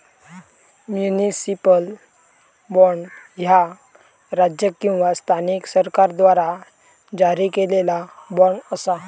municipal bond, ह्या राज्य किंवा स्थानिक सरकाराद्वारा जारी केलेला बॉण्ड असा